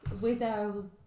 widow